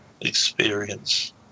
experience